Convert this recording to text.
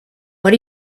what